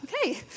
okay